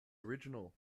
original